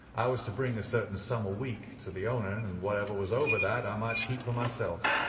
i was to bring a certain sum a week to the owner, and whatever was over that i might keep for myself.